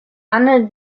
anne